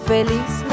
Feliz